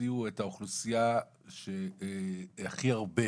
הוציאו את האוכלוסייה שהכי הרבה